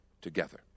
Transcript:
together